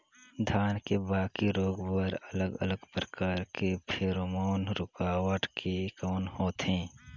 धान के बाकी रोग बर अलग अलग प्रकार के फेरोमोन रूकावट के कौन होथे?